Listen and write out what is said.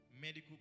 medical